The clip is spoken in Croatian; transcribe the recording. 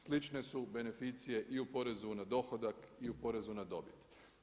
Slične su beneficije i u porezu na dohodak i u porezu na dobit.